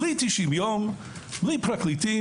בלי 90 יום, בלי פרקליטים.